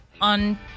on